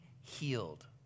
healed